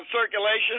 circulation